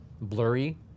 blurry